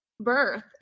birth